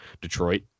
Detroit